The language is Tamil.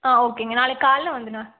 ஆ ஓகேங்க நாளைக்குக் காலையில் வந்துவிடுங்க